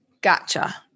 Gotcha